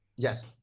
yes.